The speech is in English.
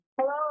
Hello